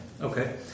okay